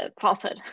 falsehood